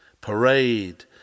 parade